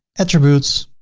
attributes